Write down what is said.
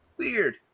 weird